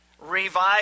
revive